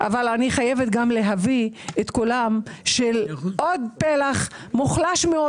אבל אני חייבת להביא את קולו של עוד פלח מוחלש מאוד